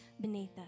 beneath